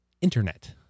internet